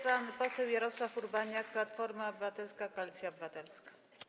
Pan poseł Jarosław Urbaniak, Platforma Obywatelska - Koalicja Obywatelska.